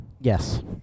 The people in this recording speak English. Yes